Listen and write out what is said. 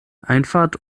einfahrt